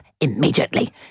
immediately